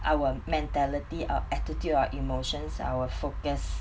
our mentality our attitude our emotions our focus